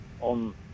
on